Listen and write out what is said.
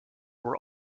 were